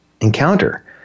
encounter